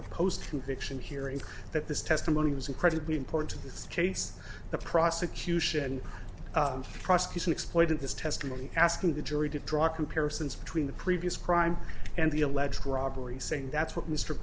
the post conviction hearing that this testimony was incredibly important to this case the prosecution prosecution exploited this testimony asking the jury to draw comparisons between the previous crime and the alleged robbery saying that's what mr